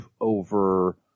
over –